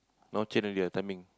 no change already ah timing